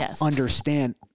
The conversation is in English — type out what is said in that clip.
understand